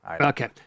Okay